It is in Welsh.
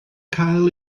cael